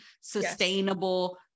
sustainable